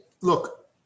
look